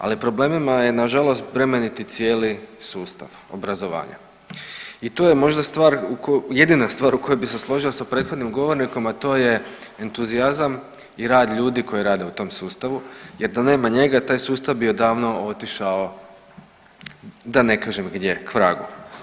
Ali, problemima je nažalost, bremenit je cijeli sustav obrazovanja i tu je možda stvar, jedina stvar u kojoj bi se složio sa prethodnim govornikom, a to je entuzijazam i rad ljudi koji rade u tom sustavu jer da nema njega, taj sustav bi odavno otišao da ne kažem gdje, kvragu.